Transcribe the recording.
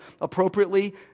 appropriately